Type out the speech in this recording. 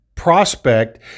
Prospect